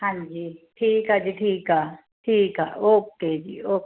ਹਾਂਜੀ ਠੀਕ ਆ ਜੀ ਠੀਕ ਆ ਠੀਕ ਆ ਓਕੇ ਜੀ ਓਕੇ